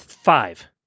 Five